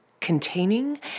containing